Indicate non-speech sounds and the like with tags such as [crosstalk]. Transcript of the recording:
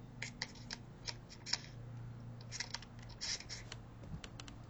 [noise]